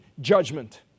judgment